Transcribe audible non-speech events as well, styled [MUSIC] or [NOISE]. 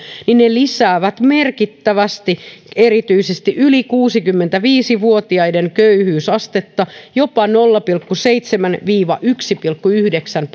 niin ne lisäävät merkittävästi erityisesti yli kuusikymmentäviisi vuotiaiden köyhyysastetta jopa nolla pilkku seitsemän viiva yksi pilkku yhdeksän [UNINTELLIGIBLE]